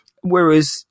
Whereas